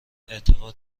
اعتقاد